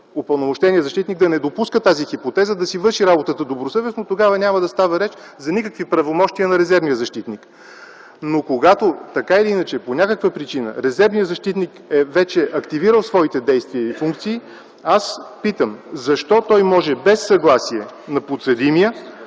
упълномощеният защитник да не допуска тази хипотеза, да си върши работата добросъвестно? Тогава няма да става реч за никакви правомощия на резервния защитник. Когато, така или иначе, по някаква причина резервният защитник вече е активирал своите действия и функции, аз питам: защо той може без съгласие на подсъдимия